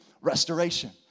restoration